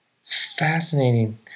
fascinating